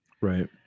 Right